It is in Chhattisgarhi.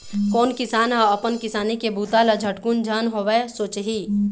कोन किसान ह अपन किसानी के बूता ल झटकुन झन होवय सोचही